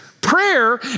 prayer